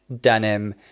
denim